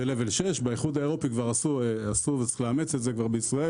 זה level 6. באיחוד האירופי כבר עשו את זה וצריך לאמץ את זה גם בישראל.